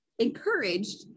encouraged